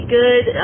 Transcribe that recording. good